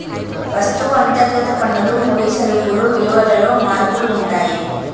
వస్తువు అంతర్గత పన్నులు ముడి సరుకులు విలువలలో మార్పులు ఉంటాయి